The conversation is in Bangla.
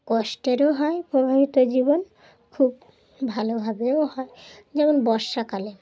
কষ্টেরও হয় প্রভাবিত জীবন খুব ভালোভাবেও হয় যেমন বর্ষাকালে